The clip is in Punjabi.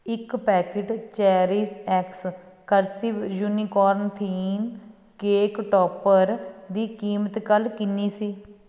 ਇੱਕ packet CherishX cursive unicorn theme cake topper ਦੀ ਕੀਮਤ ਕੱਲ੍ਹ ਕਿੰਨੀ ਸੀ